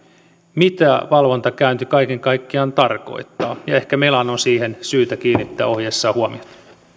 mitä valvontakäynti kaiken kaikkiaan tarkoittaa ehkä melan on siihen syytä kiinnittää ohjeessaan huomiota